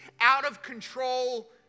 out-of-control